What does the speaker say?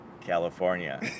California